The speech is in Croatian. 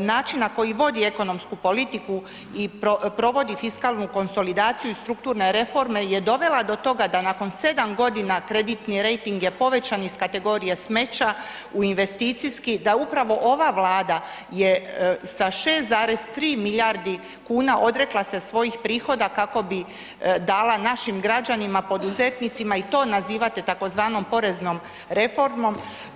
način na koji vodi ekonomsku politiku i provodi fiskalnu konsolidaciju i strukturne reforme je dovela do toga da nakon 7 godina krediti rejting je povećan iz kategorije smeća u investicijski, da upravo ova Vlada je sa 6,3 milijardi kuna odrekla se svojih prihoda kako bi dala našim građanima poduzetnicima i to nazivate tzv. poreznom reformom.